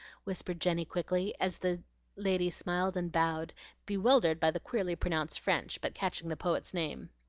whispered jenny quickly, as the lady smiled and bowed bewildered by the queerly pronounced french, but catching the poet's name.